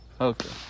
Okay